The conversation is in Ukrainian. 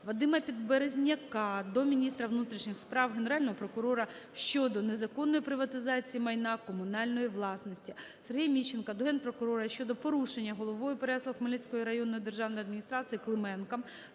Вадима Підберезняка до міністра внутрішніх справ, Генерального прокурора щодо незаконної приватизації майна комунальної власності. Сергія Міщенка до Генпрокурора щодо порушення головою Переяслав-Хмельницької районної державної адміністрації Клименком